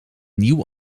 nieuw